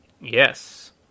Yes